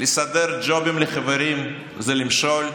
לסדר ג'ובים לחברים זה למשול?